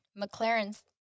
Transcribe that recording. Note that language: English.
McLaren's